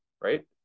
right